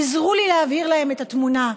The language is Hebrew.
עזרו לי להבהיר להם את התמונה,